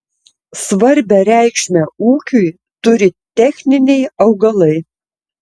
svarbią reikšmę ūkiui turi techniniai augalai